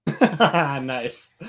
Nice